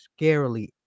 scarily